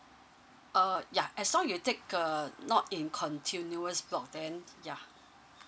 uh yeah as long you take uh not in continuous block then yeah